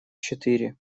четыре